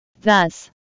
thus